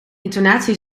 intonatie